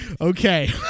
Okay